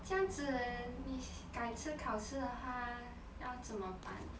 这样子你该次考试的话要怎么办